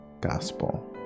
gospel